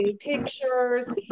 pictures